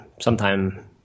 sometime